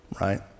right